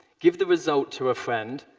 give the result to a friend,